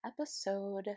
episode